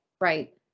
Right